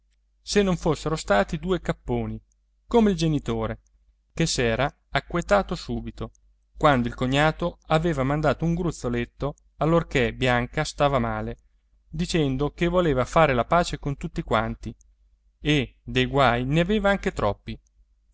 se non fossero stati due capponi come il genitore che s'era acquetato subito quando il cognato aveva mandato un gruzzoletto allorché bianca stava male dicendo che voleva fare la pace con tutti quanti e dei guai ne aveva anche troppi